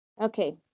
Okay